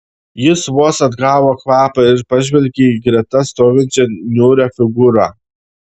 jis vos atgavo kvapą ir pažvelgė į greta stovinčią niūrią figūrą